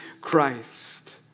Christ